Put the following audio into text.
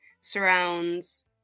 surrounds